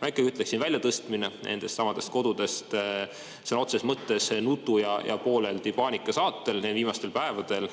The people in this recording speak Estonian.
ma ikkagi ütleksin, väljatõstmine nendestsamadest kodudest sõna otseses mõttes nutu ja pooleldi paanika saatel neil viimastel päevadel,